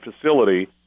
facility